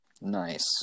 Nice